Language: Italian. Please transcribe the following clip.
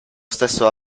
stesso